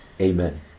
Amen